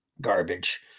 garbage